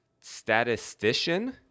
statistician